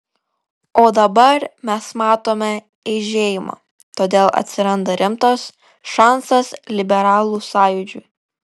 o dabar mes matome eižėjimą todėl atsiranda rimtas šansas liberalų sąjūdžiui